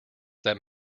that